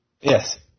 Yes